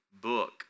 book